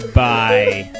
bye